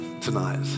tonight